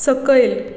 सकयल